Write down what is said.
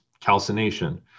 calcination